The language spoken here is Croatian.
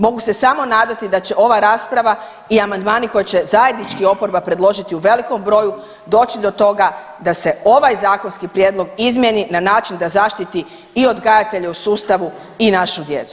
Mogu se samo nadati da će ova rasprava i amandmani koji će zajednički oporba predložiti u velikom broju doći do toga da se ovaj zakonski prijedlog izmijeni na način da zaštiti i odgajatelje u sustavu i našu djecu.